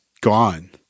gone